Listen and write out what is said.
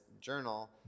journal